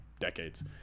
decades